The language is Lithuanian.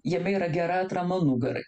jame yra gera atrama nugarai